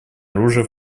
оружия